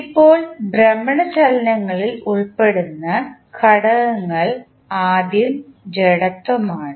ഇപ്പോൾ ഭ്രമണ ചലനങ്ങളിൽ ഉൾപ്പെടുന്ന ഘടകങ്ങൾ ആദ്യം ജഡത്വം മാണ്